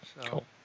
Cool